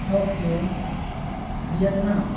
Tokyo Vietnam